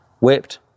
whipped